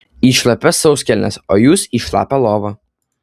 į šlapias sauskelnes o jūs į šlapią lovą